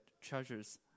treasures